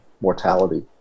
mortality